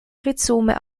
rhizome